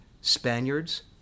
Spaniards